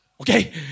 Okay